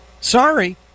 sorry